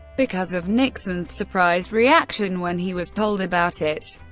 because of nixon's surprised reaction when he was told about it.